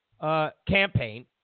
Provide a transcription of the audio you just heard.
campaign